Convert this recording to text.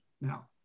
now